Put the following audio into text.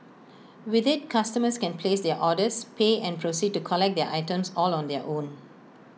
with IT customers can place their orders pay and proceed to collect their items all on their own